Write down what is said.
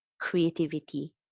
creativity